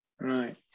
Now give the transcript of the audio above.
Right